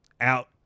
out